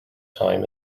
time